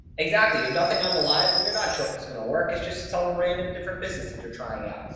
exactly. you have nothing on the line and you're not sure if this is going to work. it's just some random of different business that you're trying out.